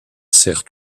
sert